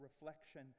reflection